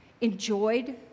enjoyed